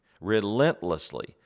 relentlessly